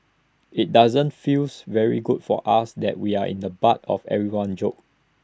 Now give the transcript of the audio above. IT doesn't feels very good for us that we're in the butt of everyone's jokes